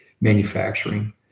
manufacturing